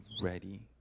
ready